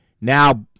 Now